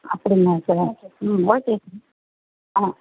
அப்படிங்களா சார் ம் okay sir ஆ